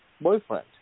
boyfriend